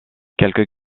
quelques